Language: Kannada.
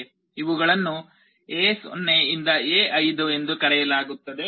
ಇವುಗಳನ್ನು ಎ 0 ರಿಂದ ಎ 5 ಎಂದು ಕರೆಯಲಾಗುತ್ತದೆ